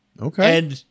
Okay